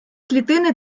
клітини